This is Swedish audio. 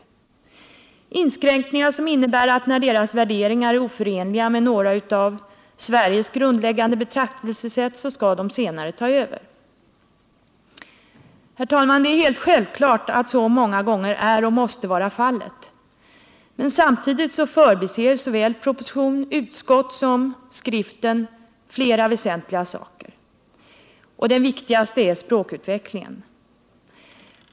Det är inskränkningar som innebär att när deras värderingar är oförenliga med några av Sveriges grundläggande betraktelsesätt, så skall de senare ta över. Herr talman! Det är helt självklart att så många gånger är och måste vara fallet, men samtidigt förbiser såväl propositionen och utskottet som skriften flera väsentliga saker. Det viktigaste är språkutvecklingen.